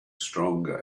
stronger